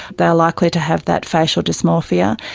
they are likely to have that facial dysmorphia.